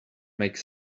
make